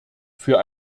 für